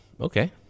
okay